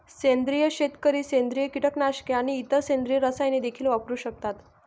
सेंद्रिय शेतकरी सेंद्रिय कीटकनाशके आणि इतर सेंद्रिय रसायने देखील वापरू शकतात